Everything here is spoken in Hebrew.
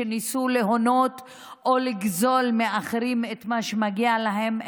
שניסו להונות או לגזול מאחרים את מה שמגיע להם,